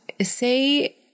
say